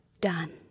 done